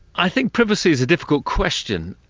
i think privacy is a difficult question.